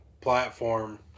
platform